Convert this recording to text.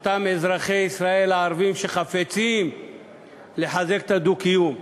אותם אזרחי ישראל הערבים שחפצים לחזק את הדו-קיום,